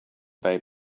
they